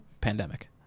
pandemic